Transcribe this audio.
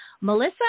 Melissa